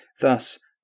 Thus